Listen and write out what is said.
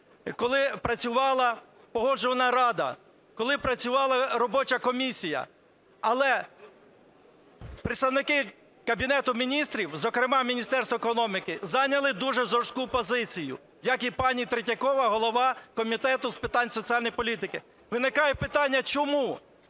коли працювала Погоджувальна рада, коли працювала робоча комісія. Але представники Кабінету Міністрів, зокрема Міністерство економіки, зайняли дуже жорстку позицію як і пані Третьякова, голова Комітету з питань соціальної політики. Виникає питання чому